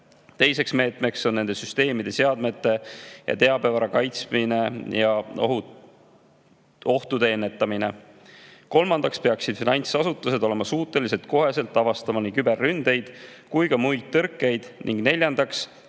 Teiseks meetmeks on nende süsteemide, seadmete ja teabevara kaitsmine ja ohtude ennetamine. Kolmandaks peaksid finantsasutused olema suutelised otsekohe avastama nii küberründeid kui ka muid tõrkeid. Neljandaks,